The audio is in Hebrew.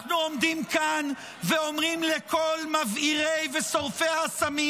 -- אנחנו עומדים כאן ואומרים לכל מבעירי ושורפי האסמים: